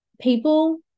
people